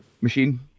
machine